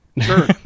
sure